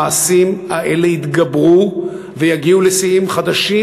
המעשים האלה יתגברו ויגיעו לשיאים חדשים,